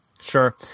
Sure